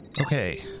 Okay